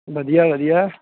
ਵਧੀਆ ਵਧੀਆ